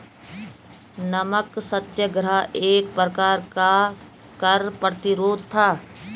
नमक सत्याग्रह एक प्रकार का कर प्रतिरोध था